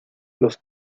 los